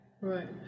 Right